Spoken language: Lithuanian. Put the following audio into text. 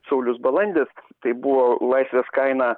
saulius balandis tai buvo laisvės kaina